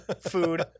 food